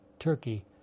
Turkey